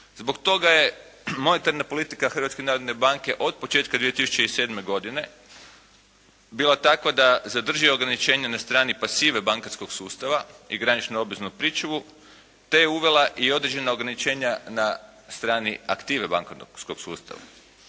Zbog toga je monetarna politika Hrvatske narodne banke od početka 2007. godine bila takva da zadrži ograničenja na strani pasive bankarskog sustava i graničnu obveznu pričuvu te je uvela i određena ograničenja na strani aktive bankarskog sustava.